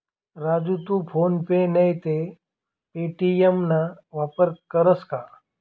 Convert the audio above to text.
राजू तू PhonePe नैते Paytm ना वापर करस का?